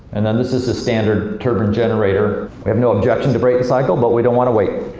and then this is a standard turbine generator. we have no objection to brayton cycle, but we don't want to wait.